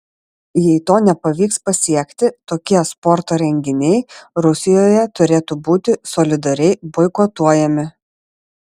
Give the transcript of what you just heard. jei to nepavyks pasiekti tokie sporto renginiai rusijoje turėtų būti solidariai boikotuojami